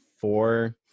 four